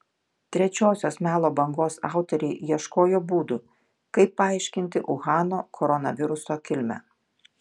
trečiosios melo bangos autoriai ieškojo būdų kaip paaiškinti uhano koronaviruso kilmę